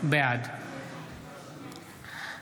בעד אלי דלל,